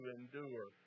endure